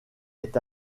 est